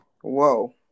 Whoa